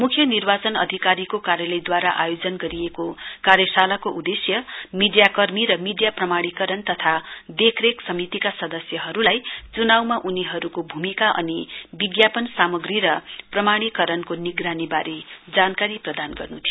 मुख्य निर्वाचन अधिकारीको कार्यलयदूवारा आयोजन गरिएको कार्यशालाको उदेश्य मीडियाकर्मी र मीडिया प्रमाणीकरण तथा देखरेख समिति सदस्यहरुलाई च्नाउमा उनीहरुको भूमिका अनि विज्ञापन सामग्री र प्रमाणीकरणको निगरानीवारे जानकारी प्रदान गर्न् थियो